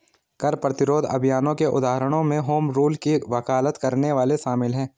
कर प्रतिरोध अभियानों के उदाहरणों में होम रूल की वकालत करने वाले शामिल हैं